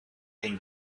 came